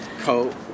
coat